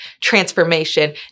transformation